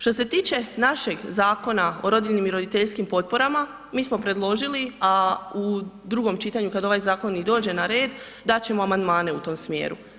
Što se tiče našeg Zakona o rodiljnim i roditeljskim potporama, mi smo predložili a u drugom čitanju kad ovaj zakon i dođe na red, dat ćemo amandmane u tom smjeru.